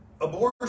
Abortion